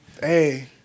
Hey